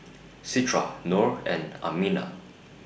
Citra Nor and Aminah